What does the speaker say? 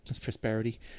prosperity